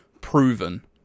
proven